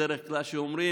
שבדרך כלל אומרים: